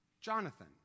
Jonathan